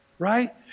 Right